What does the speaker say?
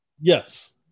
yes